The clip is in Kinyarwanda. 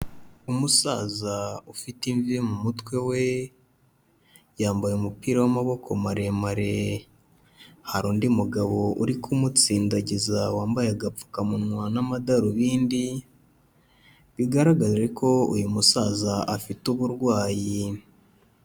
Umusaza ufite imvi mu mutwe we, yambaye umupira w'amaboko maremare, hari undi mugabo uri kumutsindagiza wambaye agapfukamunwa n'amadarubindi, bigaragare ko uyu musaza afite uburwayi.